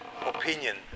opinion